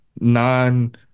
non